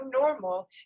normal